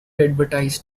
advertise